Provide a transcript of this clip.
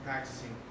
Practicing